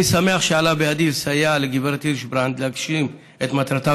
אני שמח שעלה בידי לסייע לגברת הירשברנד להגשים את מטרתה